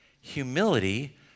Humility